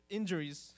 injuries